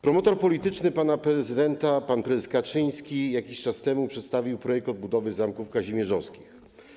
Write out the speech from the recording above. Promotor polityczny pana prezydenta pan prezes Kaczyński jakiś czas temu przedstawił projekt odbudowy zamków kazimierzowskich.